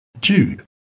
Jude